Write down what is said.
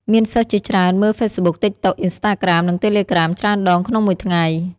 មានសិស្សជាច្រើនមើល Facebook, TikTok, Instagram និង Telegram ច្រើនដងក្នុងមួយថ្ងៃ។